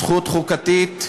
זכות חוקתית,